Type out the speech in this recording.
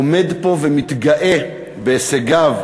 עומד פה ומתגאה בהישגיו,